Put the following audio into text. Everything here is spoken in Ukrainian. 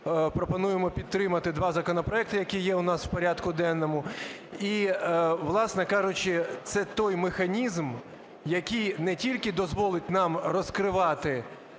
пропонуємо підтримати два законопроекти, які є у нас в порядку денному. І, власне кажучи, це той механізм, який не тільки дозволить нам розкривати